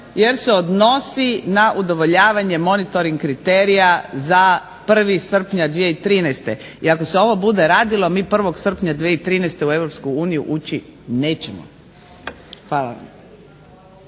jer se odnosi na udovoljavanja monitoring kriterija za 1. srpnja 2013. i ako se ovo bude radilo mi 1. srpnja 2013. mi u EU ući nećemo. Hvala.